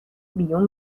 بیوم